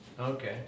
Okay